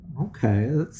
Okay